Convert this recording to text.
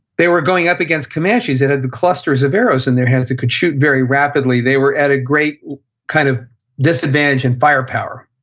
they were going up against comanches that had the clusters of arrows in their hands they could shoot very rapidly. they were at a great kind of disadvantage in and firepower.